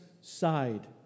side